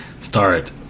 start